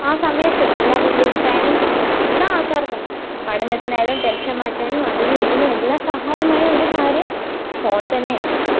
ആ സമയത്ത് എല്ലാ കുട്ടികൾക്കായാലും എല്ലാ ആൾക്കാർക്കും പഠനത്തിനായാലും ടെൻഷൻ മാറ്റാനും അതിനും ഇതിനും എല്ലാ സഹായമായി ഒരു കാര്യം ഫോൺ തന്നെയാണ്